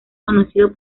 conocido